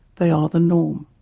they are the norm.